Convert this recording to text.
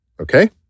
okay